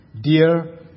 Dear